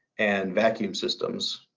and vacuum systems,